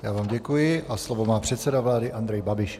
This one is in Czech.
Já vám děkuji a slovo má předseda vlády Andrej Babiš.